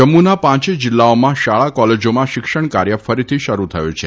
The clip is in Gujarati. જમ્મુના પાંચેય જીલ્લાઓમાં શાળા કોલેજામાં શિક્ષણ કાર્ય ફરીથી શરૂ થયું છે